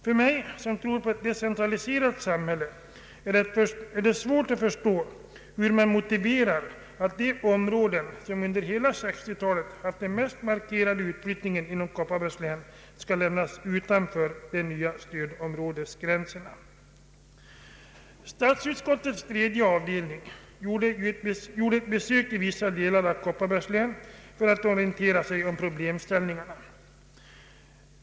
För mig, som tror på ett decentraliserat samhälle, är det svårt att förstå hur man motiverar att de områden som under hela 1960-talet haft den mest markerade utflyttningen inom Kopparbergs län skall lämnas utanför de nya stödområdesgränserna. Statsutskottets tredje avdelning gjorde ett besök i vissa delar av Kopparbergs län för att orientera sig om Pproblemställningen.